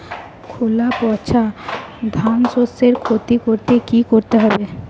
খোলা পচা ধানশস্যের ক্ষতি করলে কি করতে হবে?